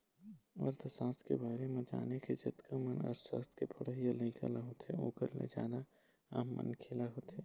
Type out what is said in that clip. अर्थसास्त्र के बारे म जाने के जतका मन अर्थशास्त्र के पढ़इया लइका ल होथे ओखर ल जादा आम मनखे ल होथे